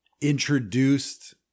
introduced